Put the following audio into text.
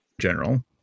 General